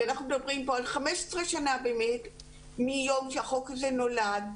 אנחנו מדברים על 15 שנה מיום שהחוק הזה נולד,